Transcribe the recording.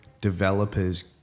developers